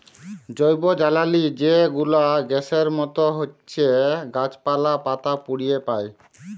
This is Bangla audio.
জৈবজ্বালালি যে গুলা গ্যাসের মত হছ্যে গাছপালা, পাতা পুড়িয়ে পায়